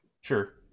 Sure